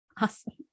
Awesome